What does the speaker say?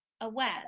aware